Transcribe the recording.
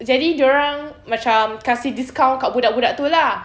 jadi dorang macam kasi discount kat budak-budak tu lah